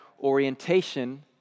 Orientation